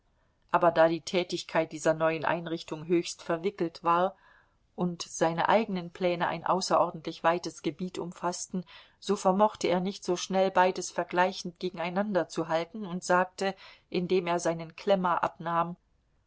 aber da die tätigkeit dieser neuen einrichtung höchst verwickelt war und seine eigenen pläne ein außerordentlich weites gebiet umfaßten so vermochte er nicht so schnell beides vergleichend gegeneinanderzuhalten und sagte indem er seinen klemmer abnahm